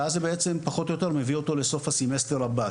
ואז זה בעצם פחות או יותר מביא אותו לסוף הסמסטר הבא.